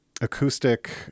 acoustic